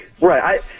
Right